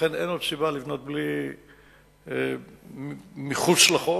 לכן, אין עוד סיבה לבנות מחוץ לחוק.